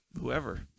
whoever